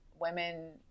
women